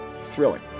thrilling